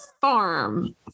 farm